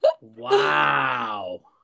Wow